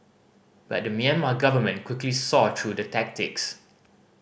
but the Myanmar government quickly saw through the tactics